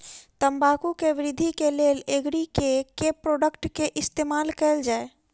तम्बाकू केँ वृद्धि केँ लेल एग्री केँ के प्रोडक्ट केँ इस्तेमाल कैल जाय?